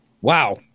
wow